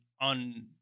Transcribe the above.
on